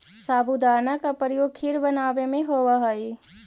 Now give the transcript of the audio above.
साबूदाना का प्रयोग खीर बनावे में होवा हई